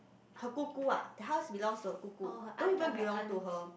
her 姑姑 ah hers belong to her 姑姑 don't even belong to her